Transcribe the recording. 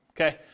okay